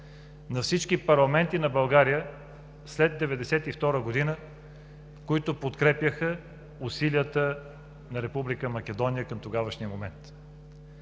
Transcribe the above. на всички парламенти на България след 1992 г., които подкрепяха усилията на Република Македония към тогавашния момент.